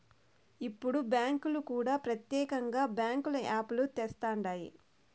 ఇప్పుడు బ్యాంకులు కూడా ప్రత్యేకంగా బ్యాంకుల యాప్ లు తెస్తండాయి